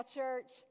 church